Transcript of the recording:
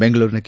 ಬೆಂಗಳೂರಿನ ಕೆ